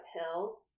uphill